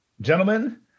Gentlemen